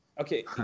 okay